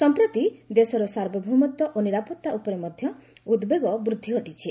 ସଂପ୍ରତି ଦେଶର ସାର୍ବଭୌମତ୍ୱ ଓ ନିରାପତ୍ତା ଉପରେ ମଧ୍ୟ ଉଦ୍ବେଗ ବୃଦ୍ଧି ଘଟିଛି